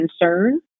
concern